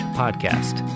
podcast